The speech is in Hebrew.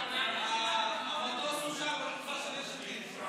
המטוס אושר בתקופה של יש עתיד.